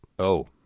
oh,